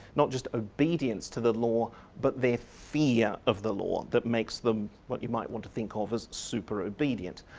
not just obedience to the law but their fear of the law that makes them what you might want to think of as super obedient.